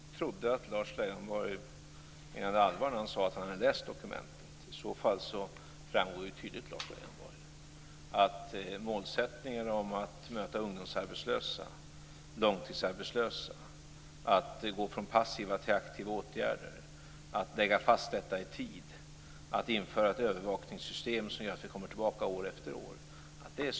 Fru talman! Jag trodde att Lars Leijonborg menade allvar när han sade att han hade läst dokumentet. Där framgår det tydligt att vi enats om målsättningen att låta ungdomsarbetslösa och långtidsarbetslösa gå från passiva till aktiva åtgärder, att lägga fast detta i tid och att införa ett övervakningssystem som gör att vi kommer tillbaka år efter år.